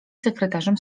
sekretarzem